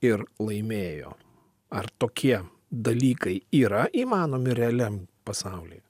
ir laimėjo ar tokie dalykai yra įmanomi realiam pasaulyje